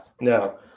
no